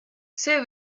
see